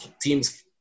teams